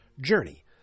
journey